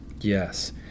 Yes